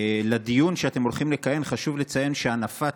בדיון שאתם הולכים לקיים חשוב לציין שהנפת